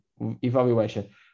evaluation